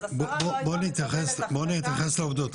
אז השרה לא הייתה מקבלת החלטה --- בוא נתייחס לעובדות,